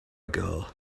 ago